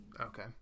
Okay